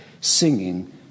singing